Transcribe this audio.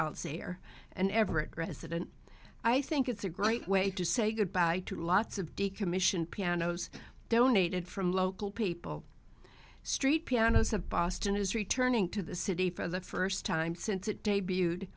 an everett resident i think it's a great way to say goodbye to lots of decommissioned pianos donated from local people street pianos of boston is returning to the city for the first time since it debuted